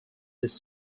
this